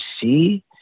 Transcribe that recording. see